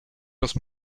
los